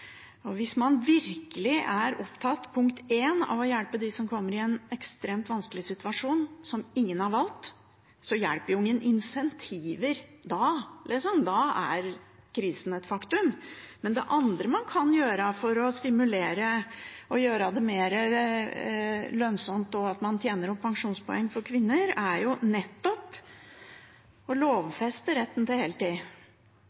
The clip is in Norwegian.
Hvis man virkelig er opptatt av for det første å hjelpe dem som kommer i en ekstremt vanskelig situasjon som ingen har valgt, så hjelper ingen insentiver da, da er krisen et faktum. Men det andre man kan gjøre for å stimulere og gjøre det mer lønnsomt, og at kvinner opptjener pensjonspoeng, er nettopp å lovfeste retten til heltid og å